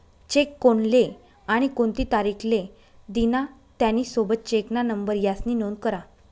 check कोनले आणि कोणती तारीख ले दिना, त्यानी सोबत चेकना नंबर यास्नी नोंद करा